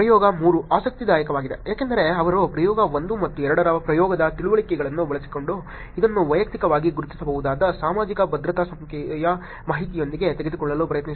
ಪ್ರಯೋಗ 3 ಆಸಕ್ತಿದಾಯಕವಾಗಿದೆ ಏಕೆಂದರೆ ಅವರು ಪ್ರಯೋಗ 1 ಮತ್ತು 2 ರ ಪ್ರಯೋಗದ ತಿಳುವಳಿಕೆಗಳನ್ನು ಬಳಸಿಕೊಂಡು ಇದನ್ನು ವೈಯಕ್ತಿಕವಾಗಿ ಗುರುತಿಸಬಹುದಾದ ಸಾಮಾಜಿಕ ಭದ್ರತಾ ಸಂಖ್ಯೆಯ ಮಾಹಿತಿಯೊಂದಿಗೆ ತೆಗೆದುಕೊಳ್ಳಲು ಪ್ರಯತ್ನಿಸಿದ್ದಾರೆ